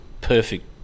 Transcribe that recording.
perfect